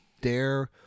dare